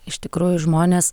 iš tikrųjų žmonės